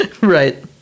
Right